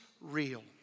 real